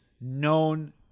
known